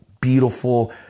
beautiful